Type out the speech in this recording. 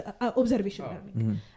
observation